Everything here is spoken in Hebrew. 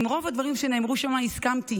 לרוב הדברים שנאמרו שם הסכמתי,